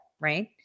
right